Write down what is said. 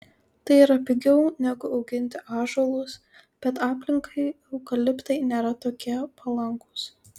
tai yra pigiau negu auginti ąžuolus bet aplinkai eukaliptai nėra tokie palankūs